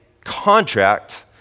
contract